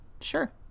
Sure